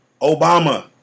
Obama